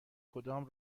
کدام